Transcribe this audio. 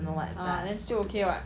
ah then still okay [what]